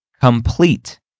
complete